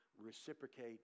reciprocate